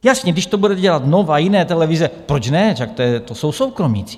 Jasně, když to bude dělat Nova, jiné televize, proč ne, však to jsou soukromníci.